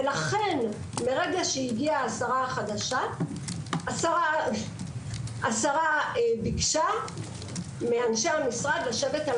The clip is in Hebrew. ולכן ברגע שהגיעה השרה החדשה היא ביקשה מאנשי המשרד לשבת על